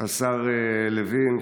השר לוין,